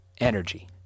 energy